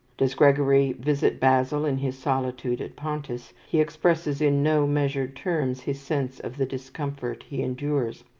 does gregory visit basil in his solitude at pontus, he expresses in no measured terms his sense of the discomfort he endures.